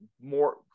more